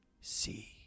See